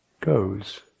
goes